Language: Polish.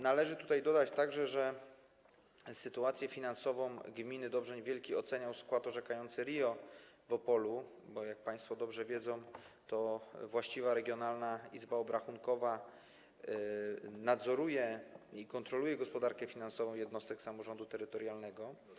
Należy tutaj dodać także, że sytuację finansową gminy Dobrzeń Wielki oceniał skład orzekający RIO w Opolu, bo, jak państwo dobrze wiedzą, to właściwa regionalna izba obrachunkowa nadzoruje i kontroluje gospodarkę finansową jednostek samorządu terytorialnego.